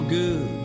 good